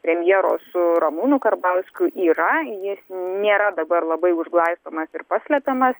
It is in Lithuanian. premjero su ramūnu karbauskiu yra jis nėra dabar labai užglaistomas ir paslepiamas